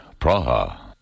Praha